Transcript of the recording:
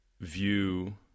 view